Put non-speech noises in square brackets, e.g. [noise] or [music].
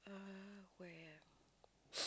uh where ah [noise]